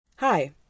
Hi